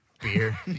beer